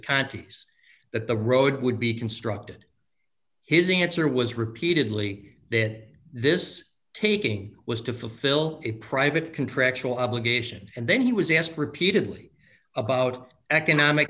counties that the road would be constructed his answer was repeatedly that this taking was to fulfill a private contractual obligation and then he was asked repeatedly about economic